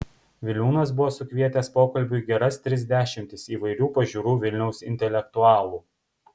viliūnas buvo sukvietęs pokalbiui geras tris dešimtis įvairių pažiūrų vilniaus intelektualų